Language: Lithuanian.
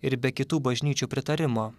ir be kitų bažnyčių pritarimo